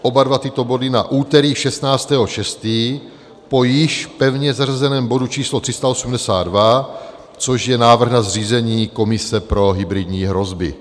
Oba dva tyto body na úterý 16. 6. po již pevně zařazeném bodu číslo 382, což je návrh na zřízení komise pro hybridní hrozby.